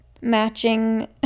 matching